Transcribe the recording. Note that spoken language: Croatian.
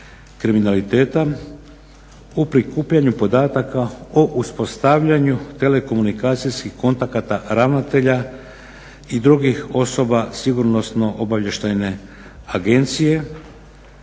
kriminaliteta u prikupljanju podataka o uspostavljanju telekomunikacijskih kontakata ravnatelja i drugih osoba Sigurnosno-obavještajne agencije.